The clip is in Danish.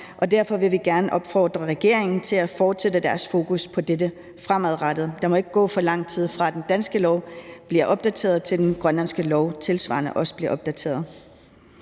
Derfor vil vi gerne opfordre regeringen til at fortsætte deres fokus på dette fremadrettet. Der må ikke gå for lang tid, fra den danske lov bliver opdateret, til den grønlandske lov tilsvarende bliver opdateret.